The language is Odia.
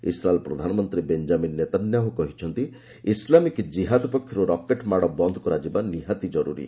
ଇସ୍ରାଏଲ ପ୍ରଧାନମନ୍ତ୍ରୀ ବେଞ୍ଜାମିନ୍ ନେତାନ୍ୟାହୁ କହିଛନ୍ତି ଇସ୍ଲାମିକ୍ କିହାଦ ପକ୍ଷରୁ ରକେଟ୍ ମାଡ଼ ବନ୍ଦ କରାଯିବା ନିହାତି କରୁରୀ